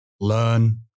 learn